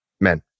men